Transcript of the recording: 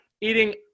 eating